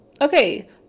Okay